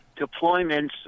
deployments